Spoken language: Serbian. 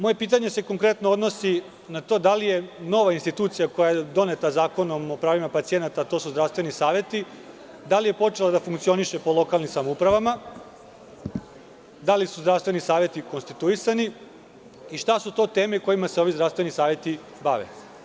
Moje pitanje se konkretno odnosi na to da li je nova institucija koja je doneta Zakonom o pravima pacijenata, a to su zdravstveni saveti, počela da funkcioniše po lokalnim samoupravama, da li su zdravstveni saveti konstituisani i šta su to teme kojima se ovi zdravstveni saveti bave?